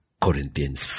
Corinthians